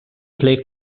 play